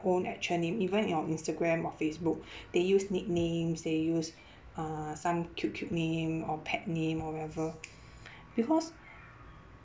own actual name even your instagram or facebook they use nicknames they use uh some cute cute name or pet name or whatever because